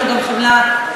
אין לו גם חמלה לאנשים.